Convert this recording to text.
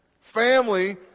Family